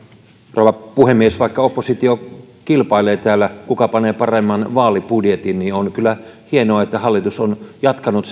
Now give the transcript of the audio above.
rouva puhemies vaikka oppositio kilpailee täällä kuka panee paremman vaalibudjetin niin on kyllä hienoa että hallitus on jatkanut